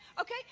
Okay